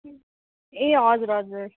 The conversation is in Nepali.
ए हजुर हजुर